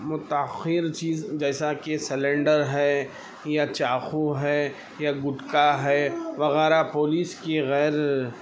متأخیر چیز جیسا كہ سلینڈر ہے یا چاقو ہے یا گٹکا ہے وغیرہ پولیس کی غیر